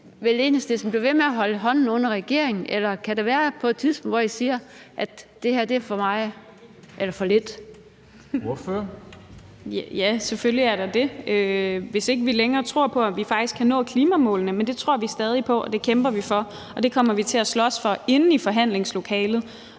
Vil Enhedslisten blive ved med at holde hånden under regeringen, eller kan det være, at I på et tidspunkt siger, at det her er for meget eller for lidt? Kl. 14:55 Formanden : Ordføreren. Kl. 14:55 Mai Villadsen (EL) : Ja, selvfølgelig er der det, hvis vi ikke længere tror på, at vi faktisk kan nå klimamålene, men det tror vi stadig på, og det kæmper vi for, og det kommer vi til at slås for inde i forhandlingslokalet.